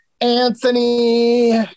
Anthony